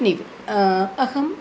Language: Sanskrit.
नि अहम्